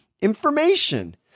information